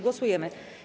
Głosujemy.